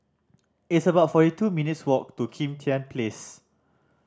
it's about forty two minutes' walk to Kim Tian Place